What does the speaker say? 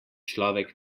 človek